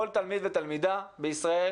כל תלמיד ותלמידה בישראל,